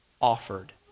offered